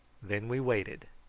then we waited,